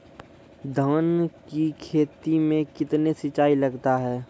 धान की खेती मे कितने सिंचाई लगता है?